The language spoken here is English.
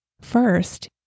First